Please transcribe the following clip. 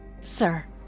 sir